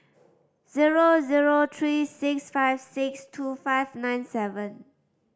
zero zero three six five six two five nine seven